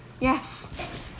Yes